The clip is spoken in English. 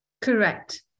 Correct